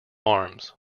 arms